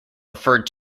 referred